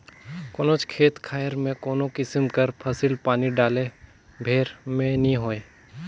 कोनोच खेत खाएर में कोनो किसिम कर फसिल पानी डाले भेर में नी होए